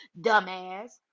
dumbass